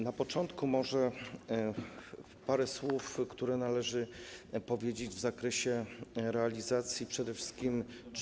Na początku może parę słów, które należy powiedzieć w zakresie realizacji przede wszystkim czy